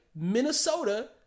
Minnesota